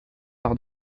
par